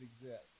exist